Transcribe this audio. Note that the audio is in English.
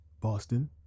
Boston